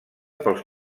pels